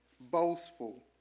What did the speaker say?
boastful